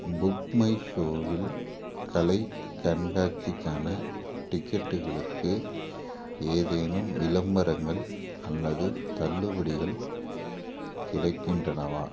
book my ஷோவில் கலை கண்காட்சிக்கான டிக்கெட்டுகளுக்கு ஏதேனும் விளம்பரங்கள் அல்லது தள்ளுபடிகள் கிடைக்கின்றனவா